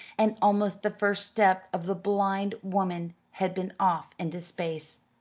and almost the first step of the blind woman had been off into space.